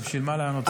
אז בשביל מה לענות,